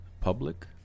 public